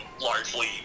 largely